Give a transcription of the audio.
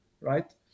Right